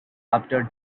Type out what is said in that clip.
after